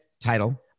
title